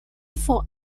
for